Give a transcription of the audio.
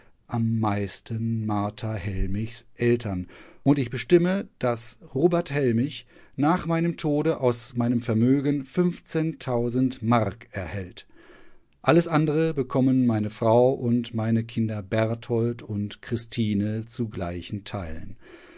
am meisten martha hellmichs eltern und ich bestimme daß robert hellmich nach meinem tode aus meinem vermögen fünfzehntausend mark erhält alles andre bekommen meine frau und meine kinder berthold und christine zu gleichen teilen